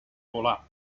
volar